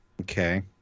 Okay